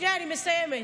שנייה, אני מסיימת.